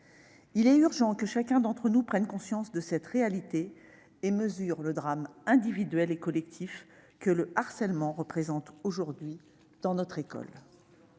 Il est urgent que chacun d'entre nous prenne conscience de cette réalité et mesure le drame individuel et collectif que le harcèlement représente aujourd'hui pour notre école.